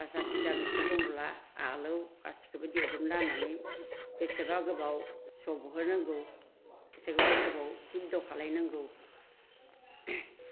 आलौ गासिखोबो देजोबना होनानै बेसेबा गोबाव संहोनांगौ बेसेबा गोबाव हिदद' खालायनांगौ